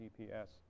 GPS